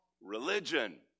Religion